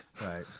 right